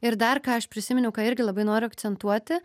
ir dar ką aš prisiminiau ką irgi labai noriu akcentuoti